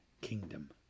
kingdom